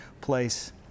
place